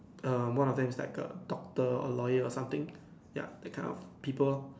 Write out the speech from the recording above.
err one of them is like a doctor or lawyer or something ya that kind of people lor